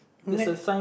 next